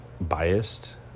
biased